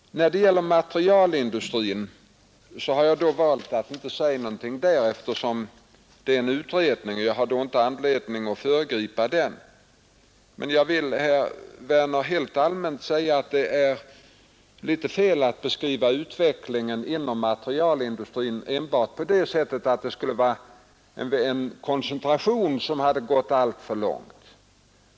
När det gäller materialindustrin har jag valt att inte säga någonting, eftersom det pågår en utredning. Jag har då inte anledning att föregripa den. Men jag vill, herr Werner, helt allmänt säga att det är litet felaktigt att beskriva utvecklingen inom materialindustrin enbart så att det skulle vara en koncentration som hade gått alltför långt.